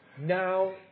now